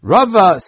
Rava